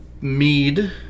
mead